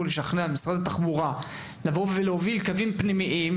לשכנע את משרד התחבורה לבוא ולהוביל קווים פנימיים,